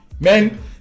Men